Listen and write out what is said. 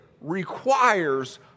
requires